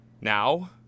now